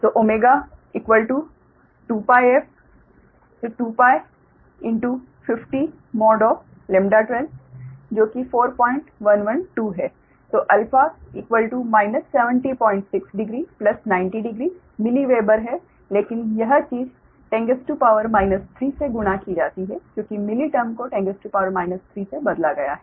तो ω2πf 2π50 12 4112 है तो α 7060900 मिली वेबर है लेकिन यह चीज़ 10 3 से गुणा की जाती है क्योंकि मिली टर्म को 10 3 से बदला गया है